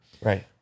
right